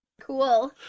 Cool